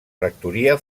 rectoria